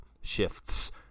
shifts